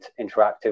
interactive